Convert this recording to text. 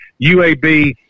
UAB